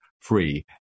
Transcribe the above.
free